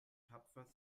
tapfer